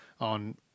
on